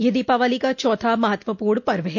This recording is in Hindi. यह दीपावली का चौथा महत्वपूर्ण पर्व है